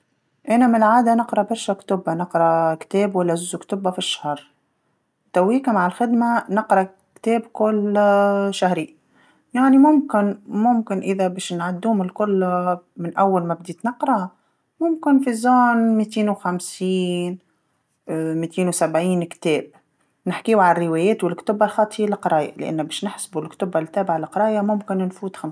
انا من العاده نقرا برشا كتب نقرا كتاب ولا زوز كتوبا في الشهر، تويكا مع الخدمه نقرا كتاب كل شهرين، يعني ممكن ممكن إذا باش نعدهم الكل من أول ما بديت نقرا ممكن في منطقة ميتين وخمسين ميتين وسبعين كتاب، نحكيو عالروايات والكتب الخاطيه القرايا، لأنو باش نحسبو الكتوبا القرايا ممكن نفوت خمسمية كتاب.